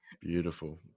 Beautiful